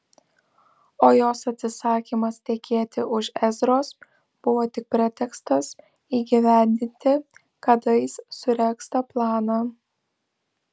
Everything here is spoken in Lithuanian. o jos atsisakymas tekėti už ezros buvo tik pretekstas įgyvendinti kadais suregztą planą